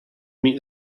meet